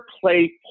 play